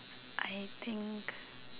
I think